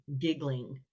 giggling